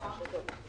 נכון?